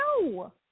no